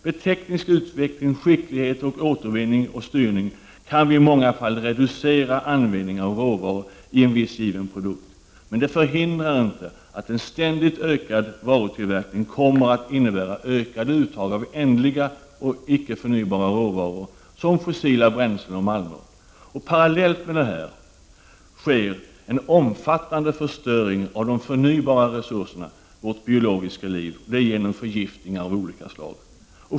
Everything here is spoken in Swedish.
Med teknisk utveckling, skicklighet och återvinning och styrning kan vi i många fall reducera användningen av råvaror i en viss given produkt. Detta förhindrar inte att en ständigt ökad varutillverkning kommer att innebära ökade uttag av ändliga, icke förnybara råvaror som fossila bränslen och malmer. Parallellt med dessa uttag sker en omfattande förstöring av de förnybara resurserna — det biologiska livet — genom förgiftning av skilda slag.